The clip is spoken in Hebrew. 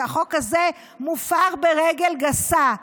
שהחוק הזה מופר ברגל גסה.